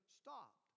stopped